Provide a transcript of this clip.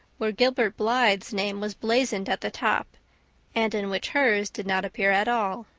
where gilbert blythe's name was blazoned at the top and in which hers did not appear at all.